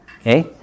Okay